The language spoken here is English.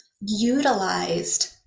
utilized